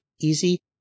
easy